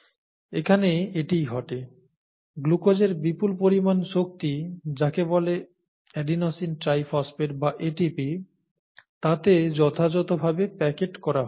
এখানে এটিই ঘটে গ্লুকোজের বিপুল পরিমাণ শক্তি যাকে বলে এডিনোসিন ট্রাইফসফেট বা ATP তাতে যথাযথ ভাবে প্যাকেট করা হয়